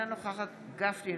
אינה נוכחת משה גפני,